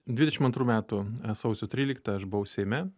dvidešimt antrų metų sausio tryliktą aš buvau seime